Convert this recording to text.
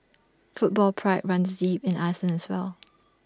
football pride runs deep in Iceland as well